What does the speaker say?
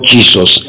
Jesus